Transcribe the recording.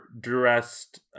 dressed